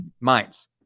minds